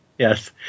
Yes